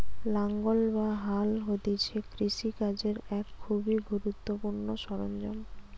লাঙ্গল বা হাল হতিছে কৃষি কাজের এক খুবই গুরুত্বপূর্ণ সরঞ্জাম